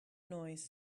noise